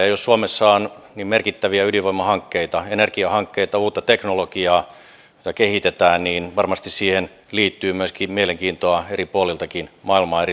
jos suomessa on merkittäviä ydinvoimahankkeita energiahankkeita uutta teknologiaa jota kehitetään niin varmasti siihen liittyy myöskin mielenkiintoa eri puolilta maailmaa eri toimijoilta